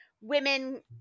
women